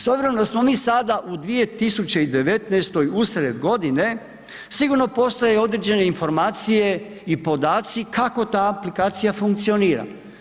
S obzirom da smo mi sada u 2019. usred godine, sigurno postoje određene informacije i podaci kako ta aplikacija funkcionira.